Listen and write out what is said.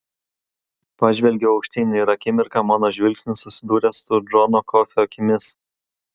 pažvelgiau aukštyn ir akimirką mano žvilgsnis susidūrė su džono kofio akimis